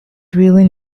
drilling